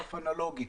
טכוגרף אנלוגי,